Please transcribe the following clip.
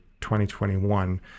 2021